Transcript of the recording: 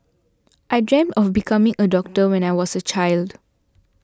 I dreamt of becoming a doctor when I was a child